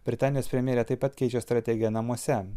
britanijos premjerė taip pat keičia strategiją namuose